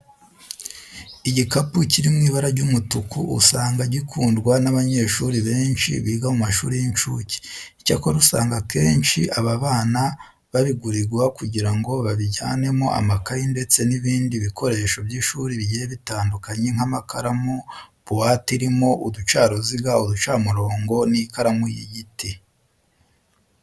Igikapu kiri mu ibara ry'umutuku usanga gikundwa n'abanyeshuri benshi biga mu mashuri y'incuke. Icyakora usanga akenshi aba bana babigurirwa kugira ngo babijyanemo amakayi ndetse n'ibindi bikoresho by'ishuri bigiye bitandukanye nk'amakaramu, buwate irimo uducaruziga, uducamurongo n'ikaramu y'igiti.